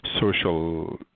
social